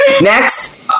Next